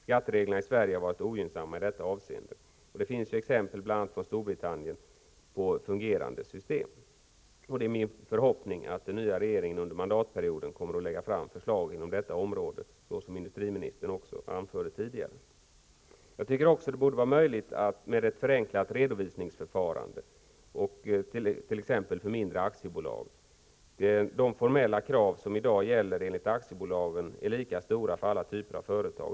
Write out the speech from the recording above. Skattereglerna i Sverige har varit ogynnsamma i detta avseende. Här finns exempel i bl.a. Storbritannien på fungerande system. Det är min förhoppning att den nya regeringen under mandatperioden kommer att lägga fram förslag inom detta område, såsom industriministern anförde tidigare. Jag tycker också att det borde vara möjligt med ett förenklat redovisningsförfarande för t.ex. mindre aktiebolag. De formella krav som i dag gäller enligt aktiebolagslagen är lika för alla typer av företag.